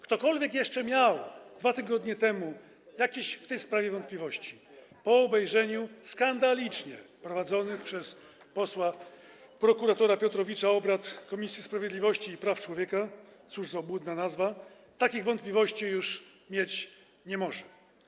Ktokolwiek jeszcze miał 2 tygodnie temu jakieś w tej sprawie wątpliwości, po obejrzeniu relacji ze skandalicznie prowadzonych przez posła prokuratora Piotrowicza obrad Komisji Sprawiedliwości i Praw Człowieka - cóż za obłudna nazwa - takich wątpliwości już mieć nie może.